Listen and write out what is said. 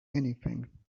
anything